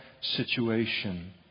situation